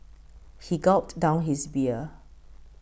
he gulped down his beer